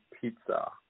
pizza